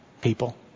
people